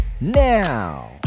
now